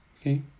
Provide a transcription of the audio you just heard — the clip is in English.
okay